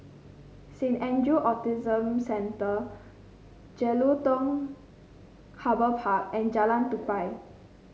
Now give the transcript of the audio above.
Saint Andrew Autism Centre Jelutung Harbour Park and Jalan Tupai